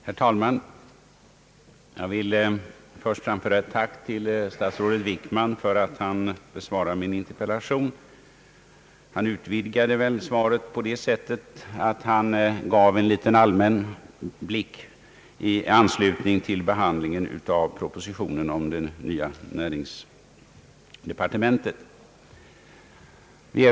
Herr talman! Jag vill först framföra ett tack till statsrådet Wickman för att han besvarat min interpellation. Han utvidgade svaret på det sättet att han gav en allmän överblick i anslutning till behandlingen av propositionen om det nya näringsdepartementet.